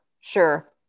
sure